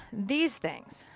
these things.